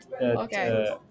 Okay